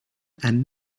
and